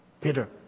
Peter